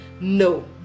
no